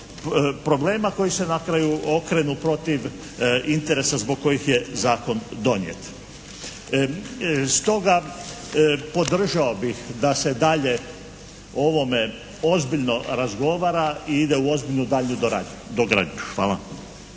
problema koji se na kraju okrenu protiv interesa zbog kojih je zakon donijet. Stoga podržao bih da se dalje o ovome ozbiljno razgovara i ide u ozbiljnu daljnju dogradnju. Hvala.